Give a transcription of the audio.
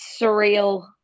surreal